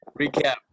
Recap